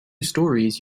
storeys